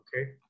Okay